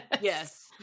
Yes